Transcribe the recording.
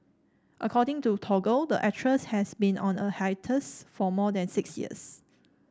according to Toggle the actress has been on a hiatus for more than six years